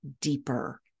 deeper